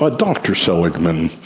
but dr seligman,